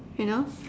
you know